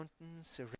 mountains